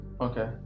Okay